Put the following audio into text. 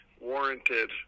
warranted